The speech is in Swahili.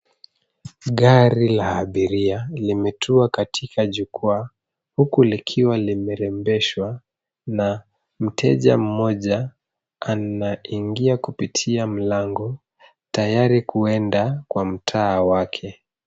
Gari la abiria limetua katika jukwaa huku likiwa limerembeshwa na mteja mmoja anaingia kupitia mlango tayari kuenda kwa mtaa wake.